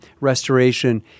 restoration